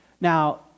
Now